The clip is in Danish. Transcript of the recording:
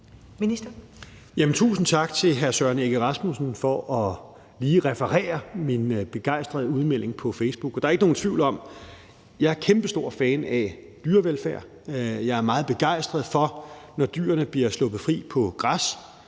Tusind tak til hr. Søren Egge Rasmussen for lige at referere min begejstrede udmelding på Facebook. Der er ikke nogen tvivl om, at jeg er en kæmpestor fan af dyrevelfærd; jeg er meget begejstret for, når dyrene bliver sluppet fri på græs.